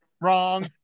Wrong